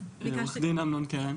עוד אמנון קרן